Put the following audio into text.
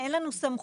אין לנו סמכות,